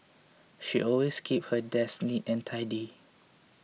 she always keeps her desk neat and tidy